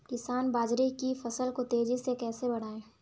किसान बाजरे की फसल को तेजी से कैसे बढ़ाएँ?